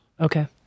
Okay